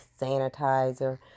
sanitizer